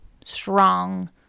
strong